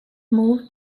moved